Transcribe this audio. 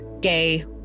gay